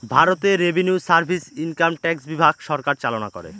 ভারতে revenue service income tax বিভাগ সরকার চালনা করে